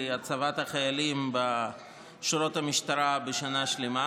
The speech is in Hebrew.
הצבת החיילים בשורות המשטרה בשנה שלמה,